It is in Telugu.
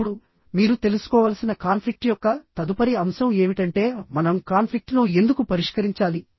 ఇప్పుడు మీరు తెలుసుకోవలసిన కాన్ఫ్లిక్ట్ యొక్క తదుపరి అంశం ఏమిటంటేః మనం కాన్ఫ్లిక్ట్ ను ఎందుకు పరిష్కరించాలి